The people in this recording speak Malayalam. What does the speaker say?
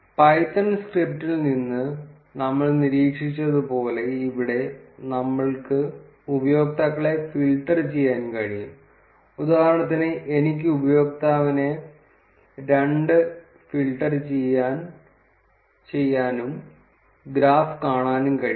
പൈത്തൺ സ്ക്രിപ്റ്റിൽ നിന്ന് നമ്മൾ നിരീക്ഷിച്ചതുപോലെ ഇവിടെ നമ്മൾക്ക് ഉപയോക്താക്കളെ ഫിൽട്ടർ ചെയ്യാൻ കഴിയും ഉദാഹരണത്തിന് എനിക്ക് ഉപയോക്താവിനെ 2 ഫിൽട്ടർ ചെയ്യാനും ഗ്രാഫ് കാണാനും കഴിയും